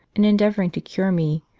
in endeavouring to cure me,